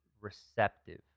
receptive